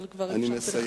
אבל כבר אפשרתי לך מעבר.